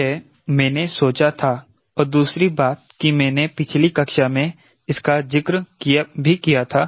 यह मैंने सोचा था और दूसरी बात कि मैंने पिछली कक्षा में इसका जिक्र भी किया था